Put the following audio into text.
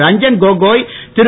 Ranjan Gogoi Thiru